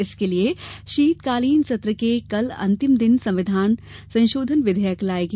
इसके लिए शीतकालीन सत्र के कल अंतिम दिन संविधान संशोधन विधेयक लायेगी